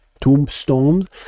tombstones